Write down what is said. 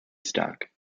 stark